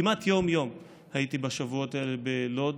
כמעט יום-יום הייתי בשבועות האלה בלוד,